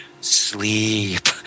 Sleep